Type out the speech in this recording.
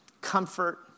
comfort